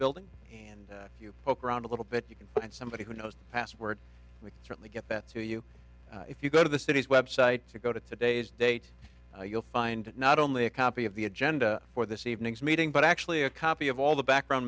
building and if you poke around a little bit you can find somebody who knows password and certainly get that to you if you go to the cities website to go to today's date you'll find not only a copy of the agenda for this evening's meeting but actually a copy of all the background